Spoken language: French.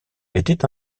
était